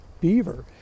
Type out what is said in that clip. beaver